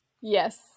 Yes